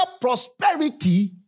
prosperity